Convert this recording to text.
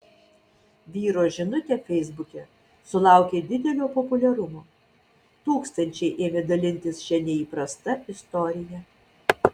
vyro žinutė feisbuke sulaukė didelio populiarumo tūkstančiai ėmė dalintis šia neįprasta istorija